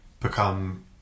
become